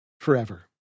forever